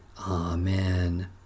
Amen